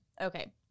okay